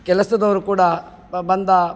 ಕೆಲಸದವರು ಕೂಡ ಬಂದ